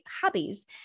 hobbies